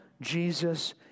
Jesus